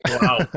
Wow